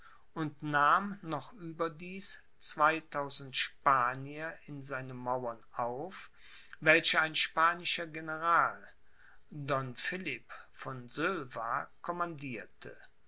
und nahm noch überdies zweitausend spanier in seine mauern auf welche ein spanischer general don philipp von sylva commandierte